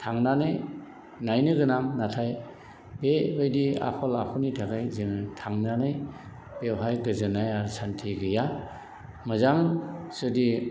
थांनानै नायनो गोनां नाथाय बे बायदि आखल आखुनि थाखाय जोङो थांनानै बेवहाय गोजोन्नाय आरो सान्थि गैया मोजां जुदि